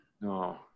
no